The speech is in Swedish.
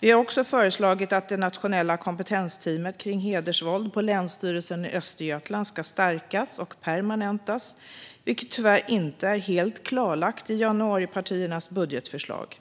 Vi har också föreslagit att det nationella kompetensteamet kring hedersvåld på Länsstyrelsen i Östergötland ska stärkas och permanentas, vilket tyvärr inte är helt klarlagt i januaripartiernas budgetförslag.